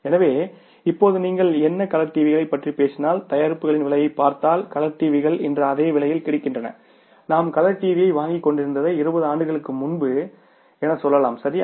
எனவே இப்போதுநீங்கள் என்ன கலர் டிவிகளைப் பற்றி பேசினால் தயாரிப்புகளின் விலையைப் பார்த்தால் கலர் டிவிக்கள் இன்று அதே விலையில் கிடைக்கின்றன நாம் கலர் டிவியை வாங்கிக் கொண்டிருந்ததை இருபது ஆண்டுகளுக்கு முன்பு என சொல்லலாம் சரியா